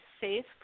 safe